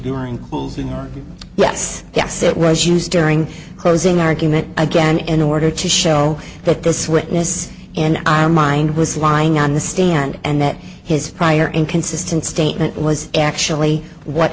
or yes yes it was used during closing argument again in order to show that this witness in our mind was lying on the stand and that his prior inconsistent statement was actually what